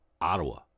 Ottawa